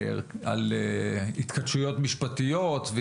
על התכתשויות משפטיות.